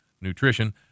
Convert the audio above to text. nutrition